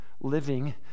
living